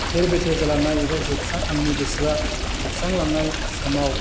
थेर बेथेर जालांनाय एबा जोबस्रां आंनि गोसोआ जोबस्रांलांनाय समाव